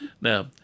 Now